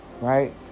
right